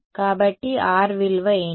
కాబట్టి R విలువ ఏంటి